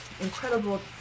incredible